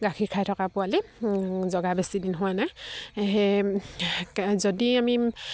গাখীৰ খাই থকা পোৱালি জগা বেছি দিন হোৱা নাই সেয়ে যদি আমি